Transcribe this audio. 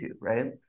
right